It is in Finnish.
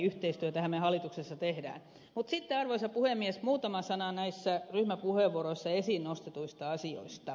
mutta sitten arvoisa puhemies muutama sana ryhmäpuheenvuoroissa esiin nostetuista asioista